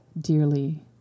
dearly